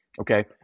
Okay